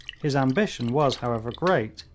his ambition was, however, great,